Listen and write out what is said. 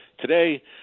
Today